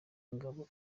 ingabo